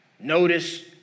Notice